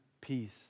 peace